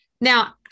Now